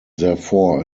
therefore